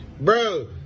Bro